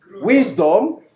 wisdom